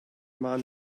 man